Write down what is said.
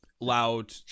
loud